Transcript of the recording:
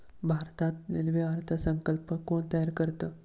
भारतात रेल्वे अर्थ संकल्प कोण तयार करतं?